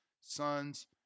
sons